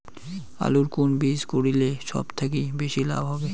আলুর কুন বীজ গারিলে সব থাকি বেশি লাভ হবে?